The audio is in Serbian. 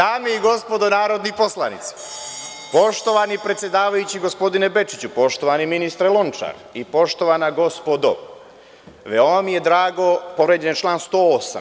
Dame i gospodo narodni poslanici, poštovani predsedavajući gospodine Bečiću, poštovani ministre Lončar i poštovana gospodo, povređen je član 108.